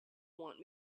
want